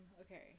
okay